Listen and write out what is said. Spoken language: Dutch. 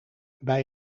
bij